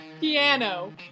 piano